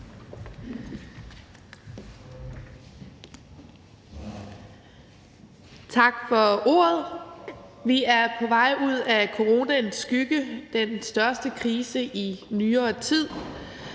Tak for ordet. Vi er på vej ud af coronaens skygge, den største krise i nyere tid.